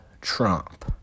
Trump